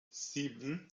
sieben